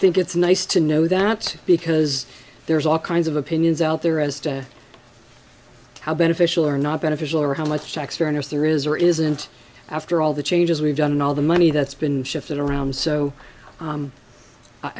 think it's nice to know that because there's all kinds of opinions out there as to how beneficial or not beneficial or how much tax fairness there is or isn't after all the changes we've done all the money that's been shifted around so